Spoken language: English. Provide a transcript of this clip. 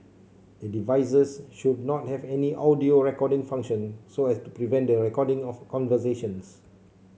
the devices should not have any audio recording function so as to prevent the recording of conversations